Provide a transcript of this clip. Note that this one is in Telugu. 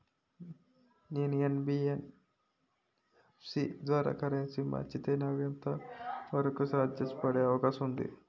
నేను యన్.బి.ఎఫ్.సి ద్వారా కరెన్సీ మార్చితే నాకు ఎంత వరకు చార్జెస్ పడే అవకాశం ఉంది?